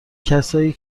کسایی